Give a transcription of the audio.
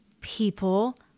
people